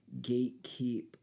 gatekeep